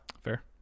Fair